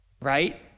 Right